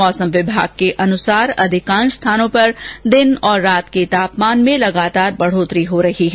मौसम विभाग के अनुसार अधिकांश स्थानों पर दिन और रात के तापमान में लगातार बढोतरी हो रही है